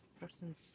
person's